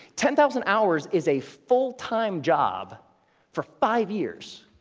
ten thousand hours is a full-time job for five years.